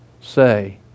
say